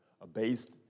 abased